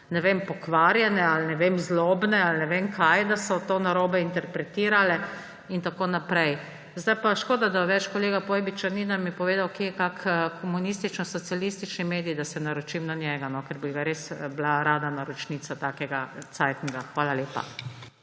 ne vem, pokvarjene ali, ne vem, zlobne ali ne vem kaj, da so to narobe interpretirale in tako naprej. Zdaj pa škoda, da več kolega Pojbiča ni, da bi mi povedal, kje je kak komunistično-socialistični medij, da se naročim na njega, ker bi res bila rada naročnica takega cajtnga. Hvala lepa.